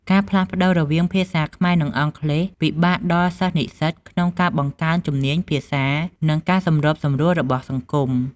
ការផ្លាស់ប្ដូរវាងភាសាខ្មែរ និងអង់គ្លេសពិបាកដល់សិស្សនិស្សិតក្នុងការបង្កើនជំនាញភាសានិងការសម្របសម្រួលរបស់សង្គម។